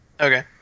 Okay